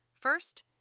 First